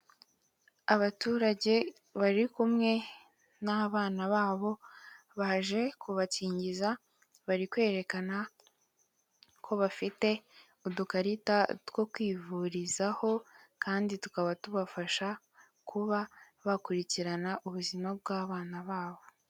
Abaturage bari kumwe n'abana babo baje kubakingiza, bari kwerekana ko bafite udukarita two kwivurizaho kandi tukaba tubafasha kuba bakurikirana ubuzima bw'abana babo.